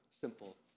simple